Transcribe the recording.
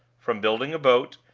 from building a boat,